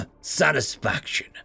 satisfaction